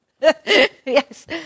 Yes